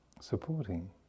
supporting